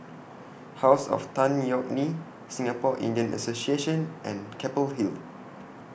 House of Tan Yeok Nee Singapore Indian Association and Keppel Hill